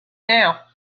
now